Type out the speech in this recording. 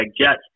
Jets